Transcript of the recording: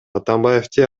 атамбаевди